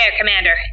Commander